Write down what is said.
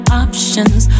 options